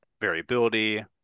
variability